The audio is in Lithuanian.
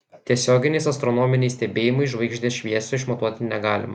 tiesioginiais astronominiais stebėjimais žvaigždės šviesio išmatuoti negalima